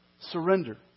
surrender